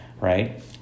right